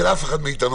של אף אחד מאיתנו.